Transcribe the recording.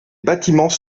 bâtiments